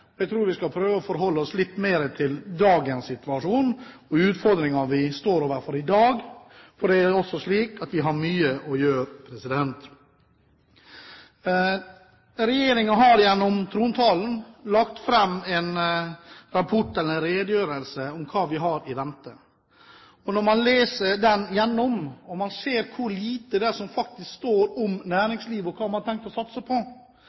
Jeg tror vi skal prøve å forholde oss litt mer til dagens situasjon og utfordringer vi står overfor i dag, for vi har mye å gjøre. Regjeringen har gjennom trontalen lagt fram en rapport eller en redegjørelse om hva vi har i vente. Når man leser gjennom den og ser hvor lite det er som faktisk står om næringslivet, og hva man har tenkt å satse på,